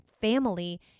family